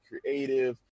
creative